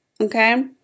okay